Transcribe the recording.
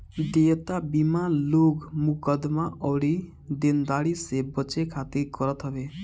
देयता बीमा लोग मुकदमा अउरी देनदारी से बचे खातिर करत हवे